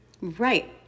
Right